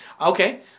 Okay